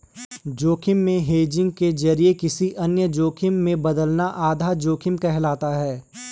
जोखिम को हेजिंग के जरिए किसी अन्य जोखिम में बदलना आधा जोखिम कहलाता है